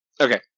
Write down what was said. Okay